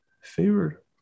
favorite